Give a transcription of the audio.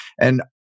And-